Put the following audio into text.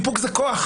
איפוק זה כוח.